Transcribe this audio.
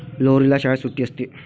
लोहरीला शाळेत सुट्टी असते